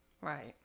Right